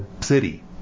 city